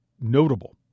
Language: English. notable